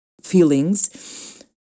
feelings